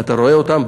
ואתה רואה אותם,